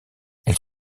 elle